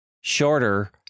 shorter